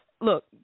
look